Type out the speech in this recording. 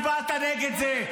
אתה הצבעת נגד זה.